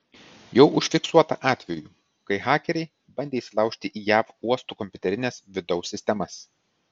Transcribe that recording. jau užfiksuota atvejų kai hakeriai bandė įsilaužti į jav uostų kompiuterines vidaus sistemas